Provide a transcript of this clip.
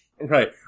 Right